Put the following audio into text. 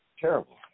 Terrible